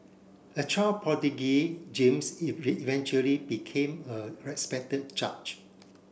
a child prodigy James eventually became a respected judge